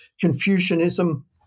Confucianism